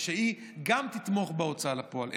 היא גם תתמוך בהוצאה לפועל,